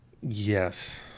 Yes